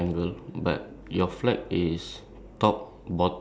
wait your castle right it's drawn like a diamond shape right